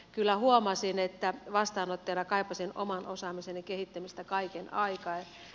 kyllä huomasin että vastaanottajana kaipasin oman osaamiseni kehittämistä kaiken aikaa